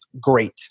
great